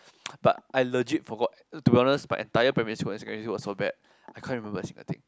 but I legit forgot to be honest my entire primary school and secondary school was so bad I can't remember a single thing